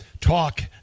Talk